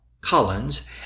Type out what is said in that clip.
Collins